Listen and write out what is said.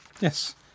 Yes